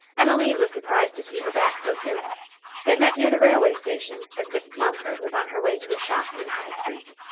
emmeline was surprised to see her back so soon they met near the railway station as mrs. mumford was on her way to a shop in high street.